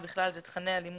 ובכלל זה תכני הלימוד,